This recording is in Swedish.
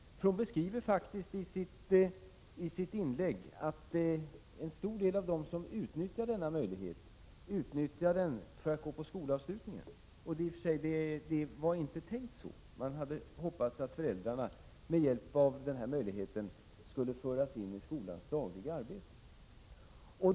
Hon beskriver faktiskt i sitt inlägg att en stor del av dem som utnyttjar möjligheten utnyttjar den för att gå på skolavslutningen. Det var i och för sig inte tänkt så. Man hade hoppats att föräldrarna med hjälp av denna möjlighet skulle föras in i skolans dagliga arbete.